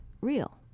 real